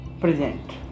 present